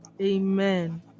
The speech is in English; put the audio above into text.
amen